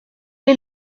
est